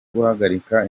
guhagarika